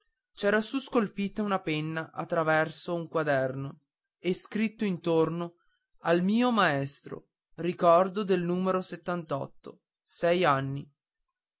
c'era su scolpita una penna a traverso a un quaderno e scritto intorno al mio maestro ricordo del numero ei anni